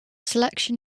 selection